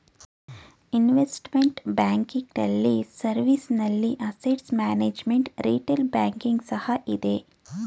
investment banking ನಲ್ಲಿ service ನಲ್ಲಿ asset management, retail banking ಸಹ ಇದೆ